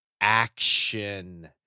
action